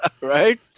right